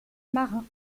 marins